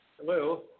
Hello